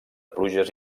pluges